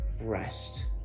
rest